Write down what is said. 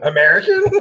American